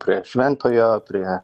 prie šventojo prie